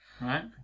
Right